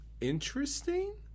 interesting